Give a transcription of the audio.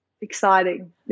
exciting